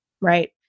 right